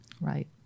Right